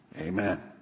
Amen